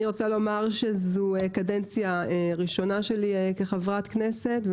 זו קדנציה ראשונה שלי כחברת כנסת,